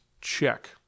Check